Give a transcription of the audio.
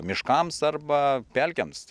miškams arba pelkėms